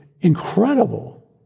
incredible